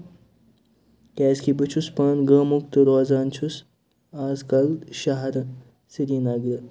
کیٛازِ کہِ بہٕ چھُس پانہٕ گامُک تہٕ روزان چھُس اَز کَل شَہرٕ سری نَگرٕ